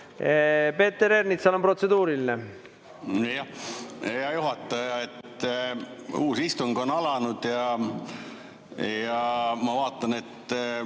Peeter Ernitsal on protseduuriline. Jah, hea juhataja! Uus istung on alanud ja ma vaatan, et